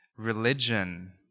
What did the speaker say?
Religion